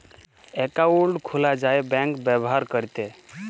account খুলা যায় bank ব্যাভার ক্যরতে